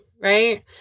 right